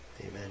Amen